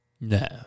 No